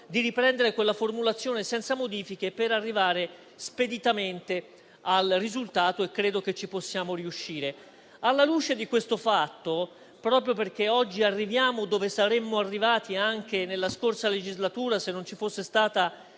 di riprendere quella formulazione senza modifiche, per arrivare speditamente al risultato e credo che ci possiamo riuscire. Alla luce di questo fatto, proprio perché oggi arriviamo dove saremmo arrivati anche nella scorsa legislatura se non ci fosse stata